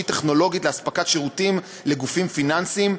טכנולוגית לאספקת שירותים לגופים פיננסיים,